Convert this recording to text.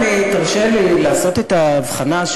תרשה לי לעשות את ההבחנה,